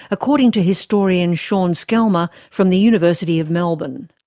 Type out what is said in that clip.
according to historian sean scalmer from the university of melbourne.